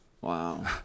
wow